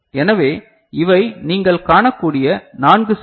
எனவே இவை நீங்கள் காணக்கூடிய நான்கு செல்கள்